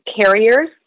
carriers